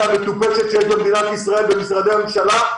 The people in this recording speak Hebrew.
המטופשת שיש במדינת ישראל במשרדי הממשלה,